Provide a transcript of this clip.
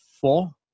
four